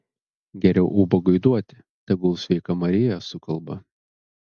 geriau ubagui duoti tegul sveika marija sukalba